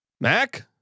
Mac